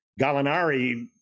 Gallinari